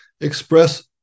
express